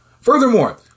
Furthermore